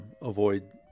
avoid